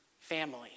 family